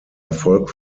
erfolg